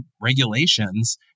regulations